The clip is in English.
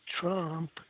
Trump